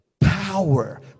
Power